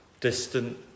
distant